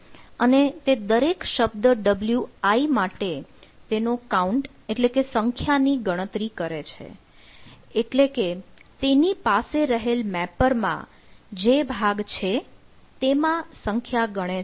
અને તે દરેક શબ્દ wi માટે તેનો કાઉન્ટ એટલે કે સંખ્યા ની ગણતરી કરે છે એટલે કે તેની પાસે રહેલ મેપરમાં જે ભાગ છે તેમાં સંખ્યા ગણે છે